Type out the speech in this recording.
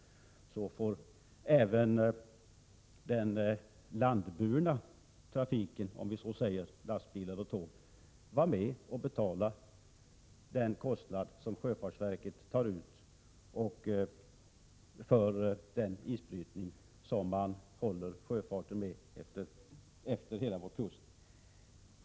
Därmed får även den landburna trafiken, dvs. lastbilar och tåg, vara med och betala den kostnad som sjöfartsverket tar ut för den isbrytning som man håller sjöfarten med efter hela vår kust.